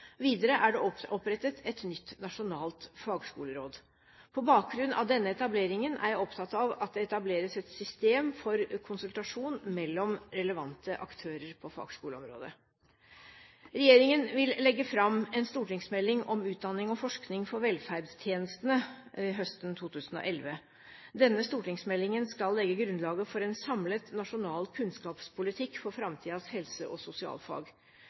Videre er det opprettet et nytt nasjonalt fagskoleråd. På bakgrunn av denne etableringen er jeg opptatt av at det etableres et system for konsultasjon mellom relevante aktører på fagskoleområdet. Regjeringen vil legge fram en stortingsmelding om utdanning og forskning for velferdstjenestene høsten 2011. Denne stortingsmeldingen skal legge grunnlaget for en samlet, nasjonal kunnskapspolitikk for framtidens helse- og sosialfag.